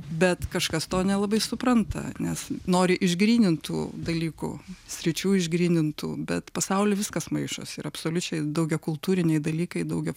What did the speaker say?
bet kažkas to nelabai supranta nes nori išgrynintų dalykų sričių išgrynintų bet pasauly viskas maišosi ir absoliučiai daugiakultūriniai dalykai daugia